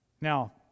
Now